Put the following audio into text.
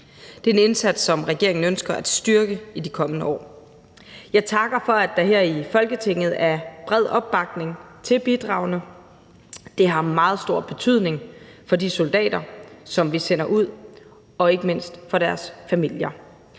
Det er en indsats, som regeringen ønsker at styrke i de kommende år. Jeg takker for, at der her i Folketinget er bred opbakning til bidragene. Det har meget stor betydning for de soldater, som vi sender ud, og ikke mindst for deres familier.